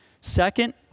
Second